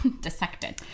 Dissected